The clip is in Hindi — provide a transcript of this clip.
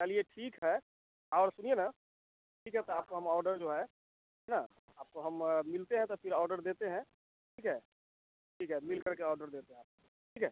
चलिए ठीक है और सुनिए ना ठीक है तो आपको हम ऑर्डर जो है है ना आपको हम मिलते हैं तब फ़िर ऑर्डर देते हैं ठीक है ठीक है मिलकर के ऑर्डर देते हैं आपको ठीक है